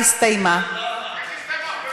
ההצעה לכלול את הנושא בסדר-היום של הכנסת נתקבלה.